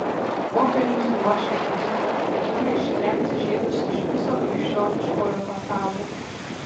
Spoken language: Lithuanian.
popiežius ruošia ediktą ketina ištremti žydus iš viso krikščioniškojo pasaulio